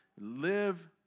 live